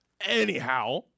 Anyhow